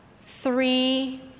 three